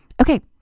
Okay